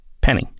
Penny